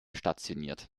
stationiert